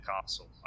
castle